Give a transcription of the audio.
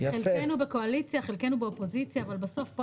חלקנו בקואליציה וחלקנו באופוזיציה אבל בסוף פה